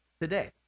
today